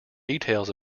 details